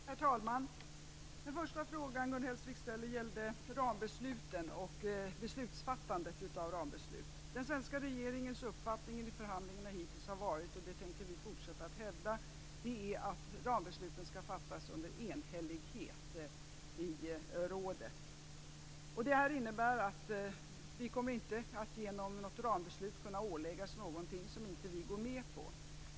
Herr talman! Den första frågan Gun Hellsvik ställde gällde rambesluten och beslutsfattandet i fråga om rambeslut. Den svenska regeringens uppfattning i förhandlingarna har hittills varit - det tänker vi fortsätta att hävda - att rambesluten skall fattas under enhällighet i rådet. Det här innebär att vi inte, genom rambeslut, kommer att kunna åläggas någonting som vi inte går med på.